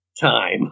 time